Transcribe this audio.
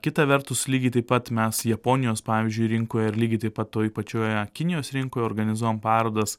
kita vertus lygiai taip pat mes japonijos pavyzdžiui rinkoj ir lygiai taip pat toj pačioj kinijos rinkoj organizuojam parodas